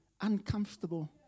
uncomfortable